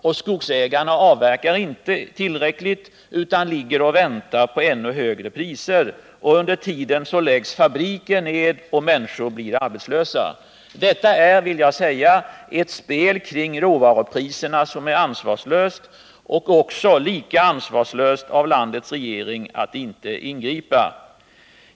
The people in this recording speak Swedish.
Och skogsägarna avverkar inte tillräckligt utan ligger och väntar på ännu högre priser. Under tiden läggs fabriker ned och människor blir arbetslösa. Detta är, vill jag säga, ett ansvarslöst spel kring råvarupriserna, och det är lika ansvarslöst av landets regering att inte ingripa.